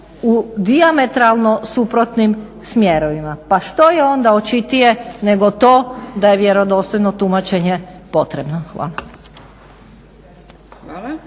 u dijametralno suprotnim smjerovima. Pa što je onda očitije nego to da je vjerodostojno tumačenje potrebno? Hvala.